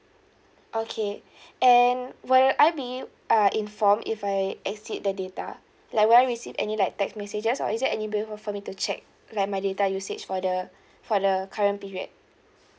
okay and will I be uh inform if I exceed the data like will I receive any like text messages or is there any bill for for me to check like my data usage for the for the current period